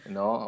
no